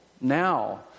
now